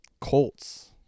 Colts